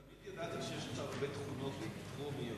תמיד ידעתי שיש לך הרבה תכונות תרומיות,